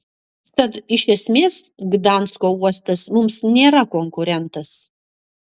tad iš esmės gdansko uostas mums nėra konkurentas